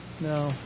no